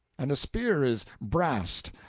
and a spear is brast,